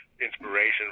inspiration